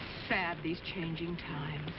sad, these changing times